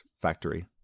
factory